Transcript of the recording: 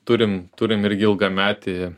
turim turim irgi ilgametį